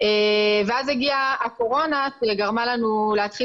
ואז הגיעה הקורונה וגרמה לנו להתחיל